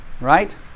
right